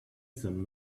some